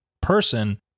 person